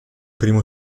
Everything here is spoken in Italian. primo